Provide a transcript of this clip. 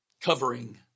covering